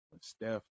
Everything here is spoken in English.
Steph